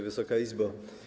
Wysoka Izbo!